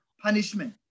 punishment